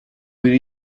with